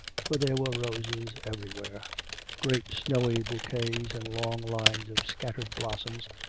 for there were roses everywhere great snowy bouquets and long lines of scattered blossoms,